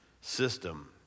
system